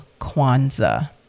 Kwanzaa